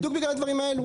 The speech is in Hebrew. בדיוק בגלל הדברים האלו.